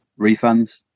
refunds